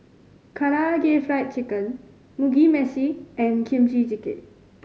Karaage Fried Chicken Mugi Meshi and Kimchi Jjigae